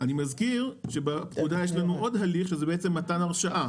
אני מזכיר שבפקודה יש לנו עוד הליך שזה מתן הרשאה,